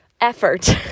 effort